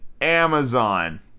amazon